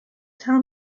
tell